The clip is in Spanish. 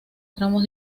tramos